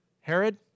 Herod